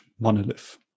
Monolith